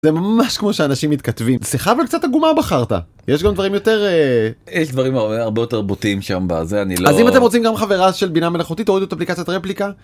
זה ממש כמו שאנשים מתכתבים. שיחה אבל קצת עגומה בחרת, יש גם דברים יותר... יש דברים הרבה הרבה יותר בוטים שם בזה, אני לא... אז אם אתם רוצים גם חברה של בינה מלאכותית תורידו את אפליקציית רפליקה.